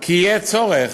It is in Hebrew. מכך שיהיה צורך,